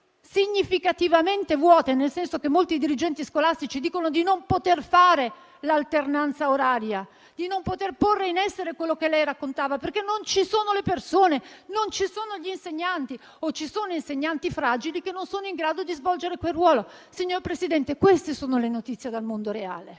significativamente vuote, nel senso che molti dirigenti scolastici dicono di non poter fare l'alternanza oraria e porre in essere quanto lei ha detto, perché non ci sono le persone e gli insegnanti, oppure ci sono insegnanti fragili che non sono in grado di svolgere quel ruolo. Signor Presidente, queste sono le notizie dal mondo reale.